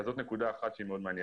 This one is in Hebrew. וזו נקודה מעניינת.